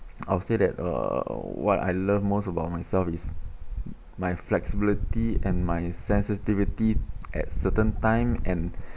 I'll say that uh what I love most about myself is my flexibility and my sensitivity at certain time and